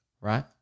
Right